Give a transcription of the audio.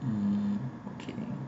mm okay